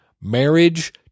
Marriage